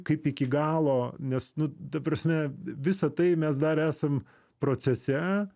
kaip iki galo nes nu ta prasme visa tai mes dar esam procese